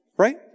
right